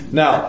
now